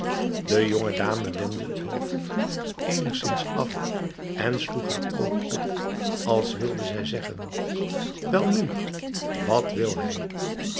de jonge dame wendde het hoofd eenigszins af en sloeg haar oog op als wilde zij zeggen welnu wat wil hij